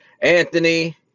Anthony